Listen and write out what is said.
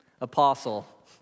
apostle